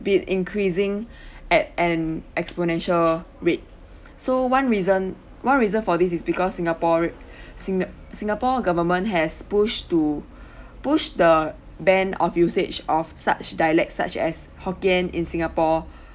been increasing at an exponential rate so one reason one reason for this is because singapore~ singa~ singapore government has push to push the ban of usage of such dialects such as hokkien in singapore